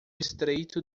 estreito